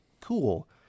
cool